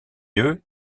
eux